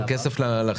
סתם העבירו כסף לחברה?